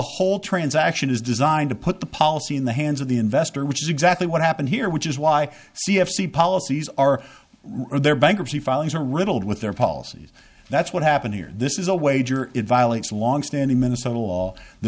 whole transaction is designed to put the policy in the hands of the investor which is exactly what happened here which is why c f c policies are their bankruptcy filings are riddled with their policies that's what happened here this is a wager it violates longstanding minnesota law the